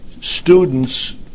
students